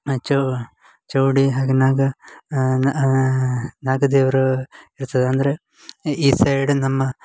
ಚೋ ಚೌಡಿ ಹಾಗೆ ನಾಗ ನಾ ನಾಗದೇವರು ಇರ್ತದೆ ಅಂದರೆ ಈ ಸೈಡು ನಮ್ಮ